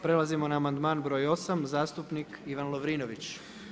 Prelazimo na amandman broj 8, zastupnik Ivan Lovrinović.